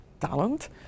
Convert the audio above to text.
talent